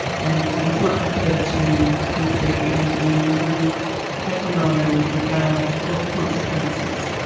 and he was not prepared to concede anything. he had no regard for the consequences,